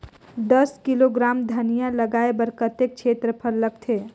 दस किलोग्राम धनिया लगाय बर कतेक क्षेत्रफल लगथे?